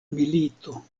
milito